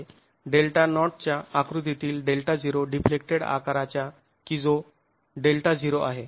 delta नोटच्या आकृतीतील Δ0 deflected आकाराच्या की जो Δ0 आहे